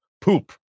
poop